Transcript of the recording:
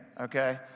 okay